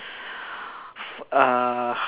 uh